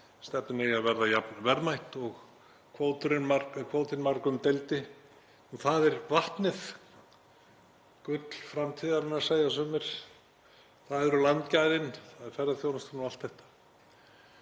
stefnir í að verða jafn verðmætt og kvótinn margumdeildi. Það er vatnið, gull framtíðarinnar, segja sumir. Það eru landgæðin, það er ferðaþjónustan og allt þetta.